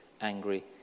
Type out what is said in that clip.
angry